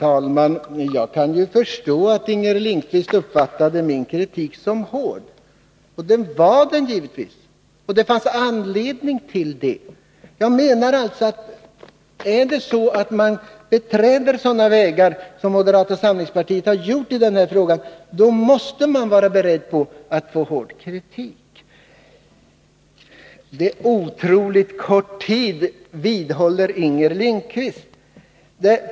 Herr talman! Jag kan förstå att Inger Lindquist uppfattade min kritik som hård. Det var den givetvis, och det finns anledning till det. Jag menar alltså att om man beträder sådana vägar som moderata samlingspartiet har beträtt i den här frågan, då måste man vara beredd på att få hård kritik. Det var otroligt kort tid, vidhåller Inger Lindquist.